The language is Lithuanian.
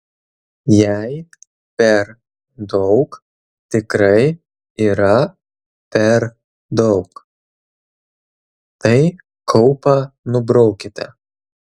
jei per daug tikrai yra per daug tai kaupą nubraukite